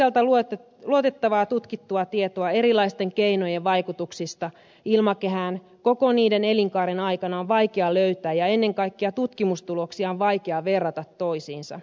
toisaalta luotettavaa tutkittua tietoa erilaisten keinojen vaikutuksista ilmakehään koko niiden elinkaaren aikana on vaikea löytää ja ennen kaikkea tutkimustuloksia on vaikea verrata toisiinsa